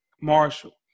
Marshall